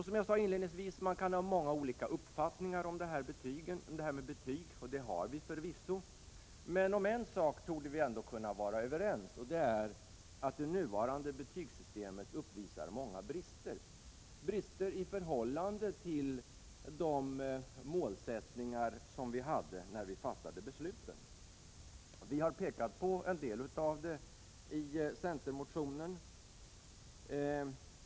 Som jag sade inledningsvis, kan man ha olika uppfattningar om det här med betyg, och det har vi förvisso, men om en sak torde vi ändå kunna vara överens, och det är att det nuvarande betygssystemet uppvisar många brister i förhållande till målsättningarna som fanns när besluten fattades. Vi har pekat på en del av det i centermotionen.